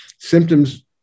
symptoms